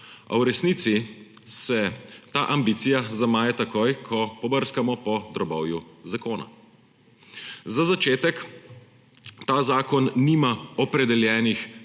v resnici se ta ambicija zamaja takoj, ko pobrskamo po drobovju zakona. Za začetek ta zakon nima opredeljenih